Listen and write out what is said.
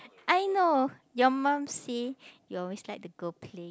I know your mum say you always like to go play